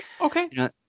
okay